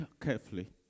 carefully